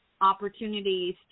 opportunities